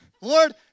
Lord